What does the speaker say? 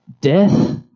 Death